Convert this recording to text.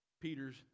Peter's